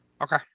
Okay